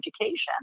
education